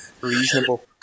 reasonable